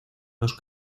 dos